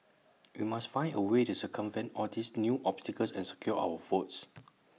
we must find A way to circumvent all these new obstacles and secure our votes